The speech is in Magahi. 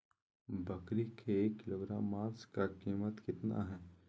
बकरी के एक किलोग्राम मांस का कीमत कितना है?